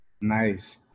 nice